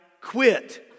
quit